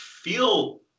feel